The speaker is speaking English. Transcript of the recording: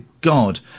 god